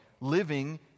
living